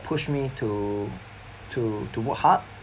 push me to to to work hard